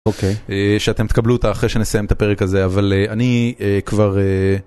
אוקיי, שאתם תקבלו אותה אחרי שנסיים את הפרק הזה, אבל אני כבר...